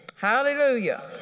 Hallelujah